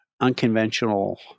unconventional –